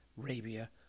Arabia